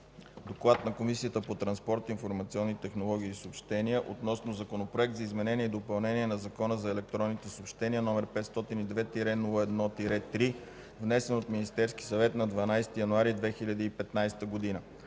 „ДОКЛАД на Комисията по транспорт, информационни технологии и съобщения относно Законопроект за изменение и допълнение на Закона за електронните съобщения, № 502-01-3, внесен от Министерския съвет на 12 януари 2015 г.